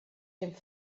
dem